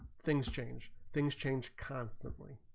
things change things change constantly